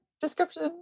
description